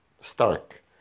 stark